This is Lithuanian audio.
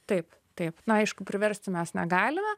taip taip na aišku priversti mes negalime